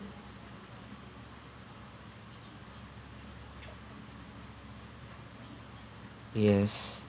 yes